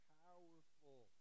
powerful